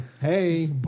Hey